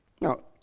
Now